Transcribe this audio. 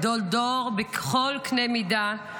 גדול דור בכל קנה מידה,